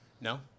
No